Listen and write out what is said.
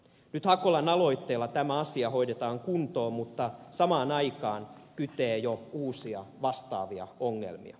hakolan aloitteella tämä asia hoidetaan kuntoon mutta samaan aikaan kytee jo uusia vastaavia ongelmia